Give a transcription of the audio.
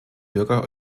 bürger